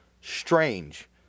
strange